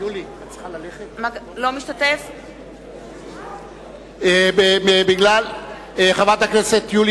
אינו משתתף בהצבעה חברת הכנסת יולי